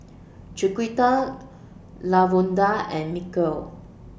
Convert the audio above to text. Chiquita Lavonda and Mykel